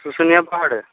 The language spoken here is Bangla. শুশুনিয়া পাহাড়ে